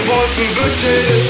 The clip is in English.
Wolfenbüttel